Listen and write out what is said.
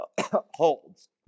holds